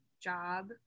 job